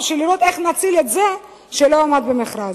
בשביל לראות איך להציל את זה שלא עמד במכרז.